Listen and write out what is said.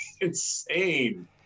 insane